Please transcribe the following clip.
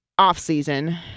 offseason